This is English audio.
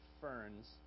ferns